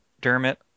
Dermot